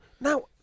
Now